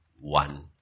one